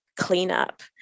cleanup